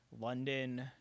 London